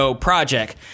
project